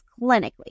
clinically